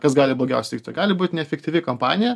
kas gali blogiausia įvykt tai gali būt neefektyvi kampanija